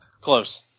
close